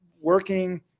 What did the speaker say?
working